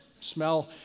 smell